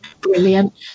Brilliant